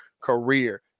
career